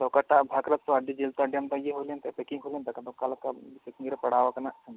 ᱚᱠᱟᱴᱟᱜ ᱵᱷᱟᱜᱽ ᱨᱮᱛᱚ ᱟᱹᱰᱤ ᱡᱤᱞ ᱛᱚ ᱟᱹᱰᱤ ᱟᱢᱫᱟ ᱯᱮᱠᱤᱝ ᱦᱩᱭ ᱞᱮᱱᱛᱮ ᱟᱫᱚ ᱚᱠᱟ ᱞᱮᱠᱟ ᱯᱮᱠᱤᱝᱨᱮ ᱯᱟᱲᱟᱣ ᱠᱟᱱᱟ ᱟᱨᱠᱷᱟᱱ